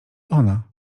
ona